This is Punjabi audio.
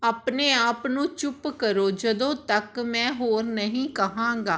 ਆਪਣੇ ਆਪ ਨੂੰ ਚੁੱਪ ਕਰੋ ਜਦੋਂ ਤੱਕ ਮੈਂ ਹੋਰ ਨਹੀਂ ਕਹਾਂਗਾ